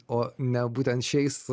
o ne būtent šiais